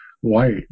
white